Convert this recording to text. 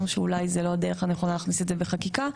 שאולי זאת לא הדרך הנכונה להכניס את זה בחקיקה.